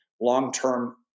long-term